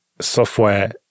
software